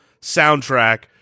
soundtrack